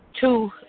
two